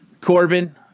Corbin